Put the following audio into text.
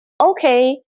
okay